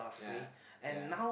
yeah yeah